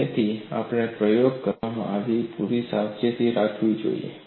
તેથી તેમણે પ્રયોગ કરવામાં પૂરતી સાવચેતી રાખી હતી